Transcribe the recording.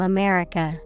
America